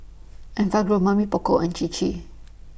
Enfagrow Mamy Poko and Chir Chir